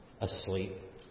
asleep